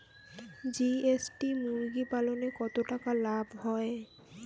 GST মুরগি পালনে কতটা লাভ হয়?